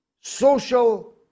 social